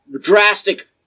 drastic